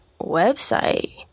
website